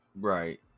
Right